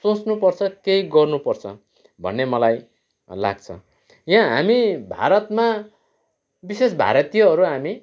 सोच्नु पर्छ त्यही गर्नु पर्छ भन्ने मलाई लाग्छ यहाँ हामी भारतमा विशेष भारतीयहरू हामी